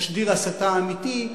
תשדיר הסתה אמיתי,